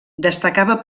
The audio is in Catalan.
destacava